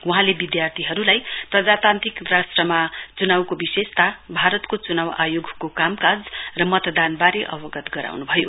वहाँले विधार्थीहरुलाई प्रजातान्त्रिक राष्ट्रमा चुनाउको विशेषताभारतको चुनाउ आयोगको कामकाज र मतदानवारे अवगत गराउनुभयो